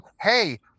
hey